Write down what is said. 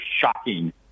shocking